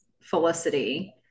Felicity